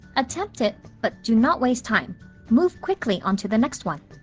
attempt it but do not waste time move quickly onto the next one